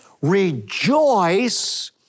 rejoice